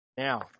Now